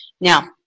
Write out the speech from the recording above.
Now